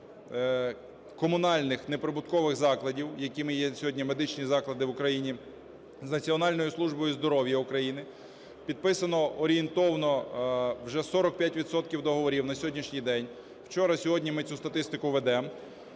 договорів комунальних неприбуткових закладів, якими є сьогодні медичні заклади в Україні, з Національною службою здоров'я в Україні. Підписано орієнтовно вже 45 відсотків договорів на сьогоднішній день, вчора-сьогодні, ми цю статистку ведемо.